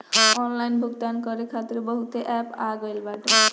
online भुगतान करे खातिर बहुते एप्प आ गईल बाटे